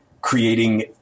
creating